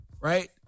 right